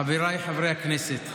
חבריי חברי הכנסת,